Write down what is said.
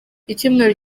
icyumweru